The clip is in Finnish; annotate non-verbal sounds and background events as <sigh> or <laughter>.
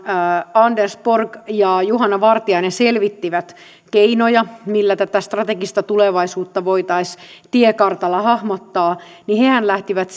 anders borg ja juhana vartiainen selvittivät keinoja millä tätä strategista tulevaisuutta voitaisiin tiekartalla hahmottaa niin hehän lähtivät <unintelligible>